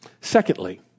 Secondly